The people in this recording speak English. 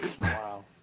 Wow